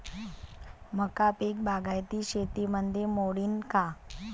मका पीक बागायती शेतीमंदी मोडीन का?